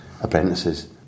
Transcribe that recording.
apprentices